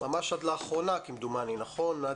ממש עד לאחרונה כמדומני, נכון?